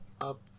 up